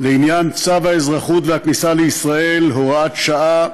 לעניין צו האזרחות והכניסה לישראל (הוראת שעה)